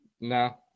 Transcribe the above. No